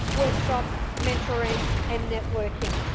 workshops, mentoring and networking.